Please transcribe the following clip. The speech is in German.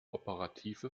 operative